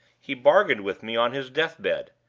he bargained with me on his deathbed.